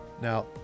Now